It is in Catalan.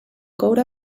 coure